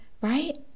right